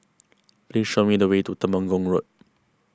please show me the way to Temenggong Road